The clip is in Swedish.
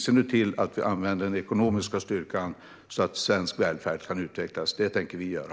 Se nu till att vi använder den ekonomiska styrkan så att svensk välfärd kan utvecklas. Det tänker vi göra.